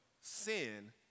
sin